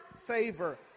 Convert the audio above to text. favor